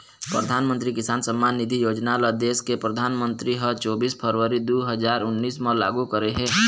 परधानमंतरी किसान सम्मान निधि योजना ल देस के परधानमंतरी ह चोबीस फरवरी दू हजार उन्नीस म लागू करे हे